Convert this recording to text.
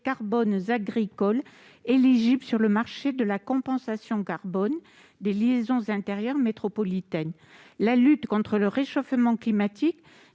carbone » agricoles éligibles sur le marché de la compensation carbone des liaisons intérieures métropolitaines. La lutte contre le réchauffement climatique